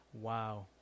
wow